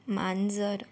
मांजर